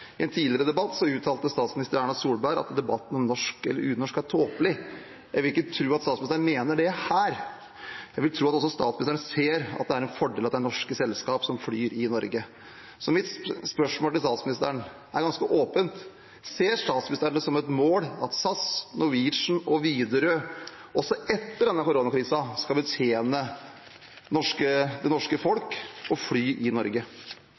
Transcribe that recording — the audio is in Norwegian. I en tidligere debatt uttalte statsminister Erna Solberg at debatten om norsk eller unorsk er tåpelig. Jeg vil ikke tro at statsministeren mener det her. Jeg vil tro at også statsministeren ser at det er en fordel at det er norske selskaper som flyr i Norge. Mitt spørsmål til statsministeren er ganske åpent. Ser statsministeren det som et mål at SAS, Norwegian og Widerøe også etter koronakrisen skal betjene det norske folk og fly i Norge?